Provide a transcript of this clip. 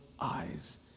eyes